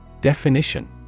Definition